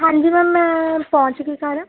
ਹਾਂਜੀ ਮੈਮ ਮੈਂ ਪਹੁੰਚ ਗਈ ਘਰ